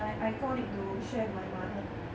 I I got it to share with my mother